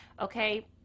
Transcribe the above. Okay